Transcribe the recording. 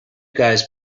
guys